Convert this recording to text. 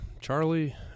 Charlie